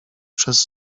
przez